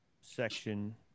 section